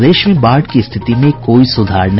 प्रदेश में बाढ़ की स्थिति में कोई सुधार नहीं